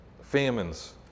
famines